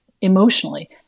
emotionally